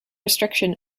restriction